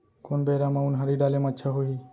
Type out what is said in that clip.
कोन बेरा म उनहारी डाले म अच्छा होही?